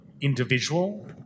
individual